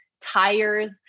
tires